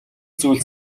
зүйлд